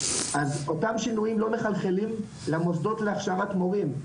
אז אותם שינויים לא מחלחלים למוסדות להכשרת מורים,